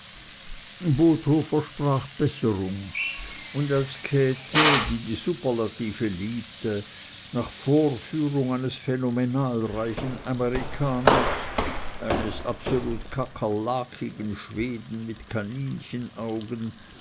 botho versprach besserung und als käthe die die superlative liebte nach vorführung eines phänomenal reichen amerikaners eines absolut kakerlakigen schweden mit